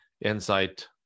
insight